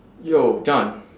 yo john